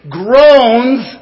groans